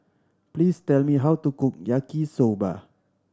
please tell me how to cook Yaki Soba